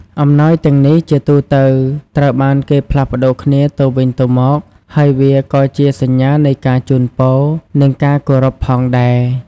អំណោយទាំងនេះជាទូទៅត្រូវបានគេផ្លាស់ប្តូរគ្នាទៅវិញទៅមក ហើយវាក៏ជាសញ្ញានៃការជូនពរ និងការគោរពផងដែរ។